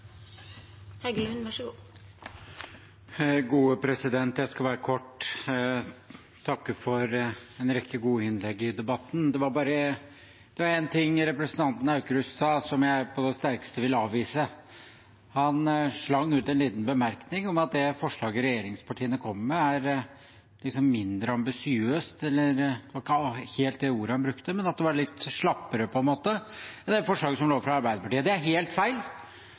Jeg skal være kort. Jeg vil takke for en rekke gode innlegg i debatten. Det var en ting representanten Aukrust sa, som jeg på det sterkeste vil avvise. Han slengte ut en liten bemerkning om at det forslaget regjeringspartiene kommer med, er mindre ambisiøst. Det var ikke helt det ordet han brukte, men at det var litt slappere enn det forslaget som lå fra Arbeiderpartiet. Det er helt feil.